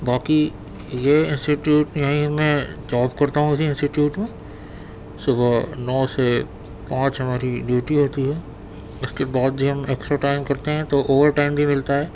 باقی یہ انسٹیٹیوٹ یہیں میں جاب کرتا ہوں اسی انسٹیٹیوٹ میں صبح نو سے پانچ ہماری ڈیوٹی ہوتی ہے اس کے بعد بھی ہم ایکسٹرا ٹائم کرتے ہیں تو اوور ٹائم بھی ملتا ہے